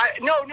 No